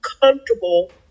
comfortable